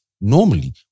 normally